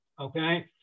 Okay